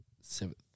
seventh